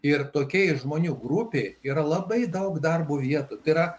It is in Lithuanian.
ir tokia žmonių grupė yra labai daug darbo vietų yra